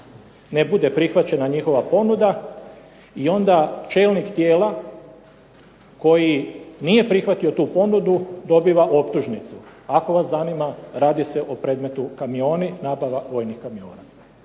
ne bude prihvaćena njihova ponuda i onda čelnih tijela koji nije prihvatio tu ponudu dobiva optužnicu. Ako vas zanima radi se o predmetu „Kamioni“ nabava vojnih kamiona.